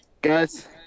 guys